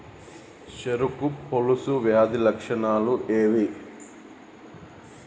చెరుకు పొలుసు వ్యాధి లక్షణాలు ఏవి?